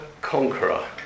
conqueror